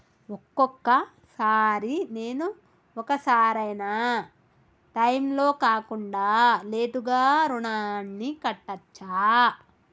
ఒక్కొక సారి నేను ఒక సరైనా టైంలో కాకుండా లేటుగా రుణాన్ని కట్టచ్చా?